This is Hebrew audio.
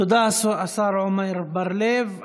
תודה, השר עמר בר לב.